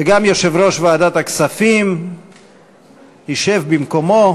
וגם יושב-ראש ועדת הכספים ישב במקומו,